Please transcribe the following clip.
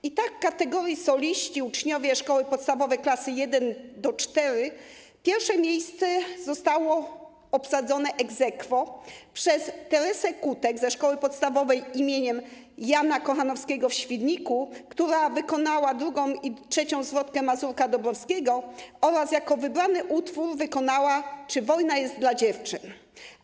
I tak w kategorii: soliści, uczniowie szkoły podstawowej klas od I do IV pierwsze miejsce zostało obsadzone ex aequo przez Teresę Kutek ze Szkoły Podstawowej im. Jana Kochanowskiego w Świdniku, która wykonała drugą i trzecią zwrotkę Mazurka Dąbrowskiego oraz jako wybrany utwór wykonała ˝Czy wojna jest dla dziewczyn?